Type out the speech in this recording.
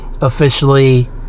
Officially